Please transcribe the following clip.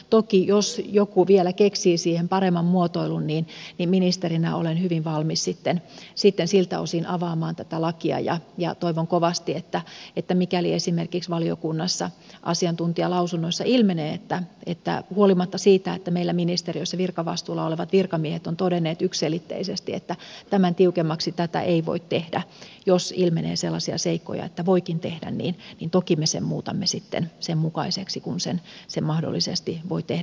toki jos joku vielä keksii siihen paremman muotoilun ministerinä olen hyvin valmis sitten siltä osin avaamaan tätä lakia ja toivon kovasti että mikäli esimerkiksi valiokunnassa asiantuntijalausunnoissa ilmenee että huolimatta siitä että meillä ministeriössä virkavastuulla olevat virkamiehet ovat todenneet yksiselitteisesti että tämän tiukemmaksi tätä ei voi tehdä jos ilmenee sellaisia seikkoja että voikin tehdä niin toki me sen muutamme sen mukaiseksi kuin sen mahdollisesti voi tehdä